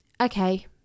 okay